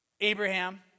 Abraham